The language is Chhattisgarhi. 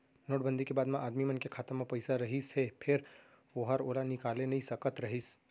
नोट बंदी के बाद म आदमी मन के खाता म पइसा रहिस हे फेर ओहर ओला निकाले नइ सकत रहिस